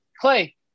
Clay